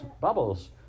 Bubbles